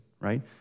right